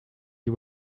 you